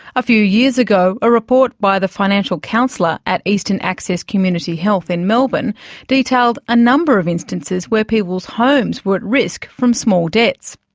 a few years ago a report by the financial counselor at eastern access community health in melbourne detailed a number of instances where people's home were at risk from small debts.